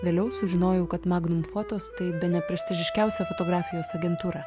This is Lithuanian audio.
vėliau sužinojau kad magnum fotos tai bene prestižiškiausia fotografijos agentūra